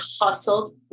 hustled